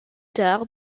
tard